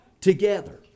together